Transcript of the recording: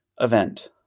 event